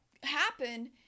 happen